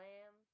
Lamb